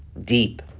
deep